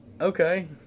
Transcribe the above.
Okay